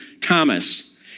Thomas